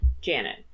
Janet